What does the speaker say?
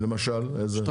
למשל איזה?